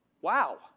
Wow